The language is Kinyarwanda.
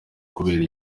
kubera